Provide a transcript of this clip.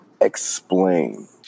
explain